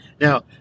Now